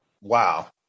wow